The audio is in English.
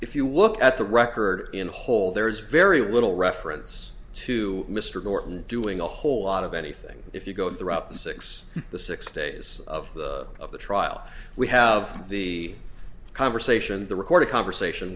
if you look at the record in whole there is very little reference to mr gorton doing a whole lot of anything if you go throughout the six the six days of the of the trial we have the conversation the recorded conversation